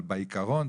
אבל בעיקרון,